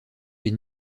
les